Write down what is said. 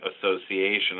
association